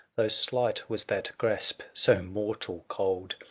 though slight was that grasp so mortal cold.